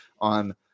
on